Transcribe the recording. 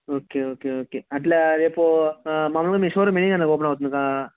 okay okay okay అలా రేపు మన ఊర్లో మీ షోరూం ఎన్ని గంటలకి ఓపెన్ అవుతుంది